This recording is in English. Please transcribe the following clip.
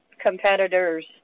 competitors